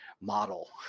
model